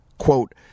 Quote